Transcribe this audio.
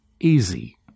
easy